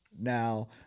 now